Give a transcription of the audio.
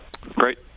Great